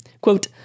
Quote